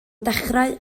dechrau